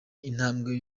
intambwe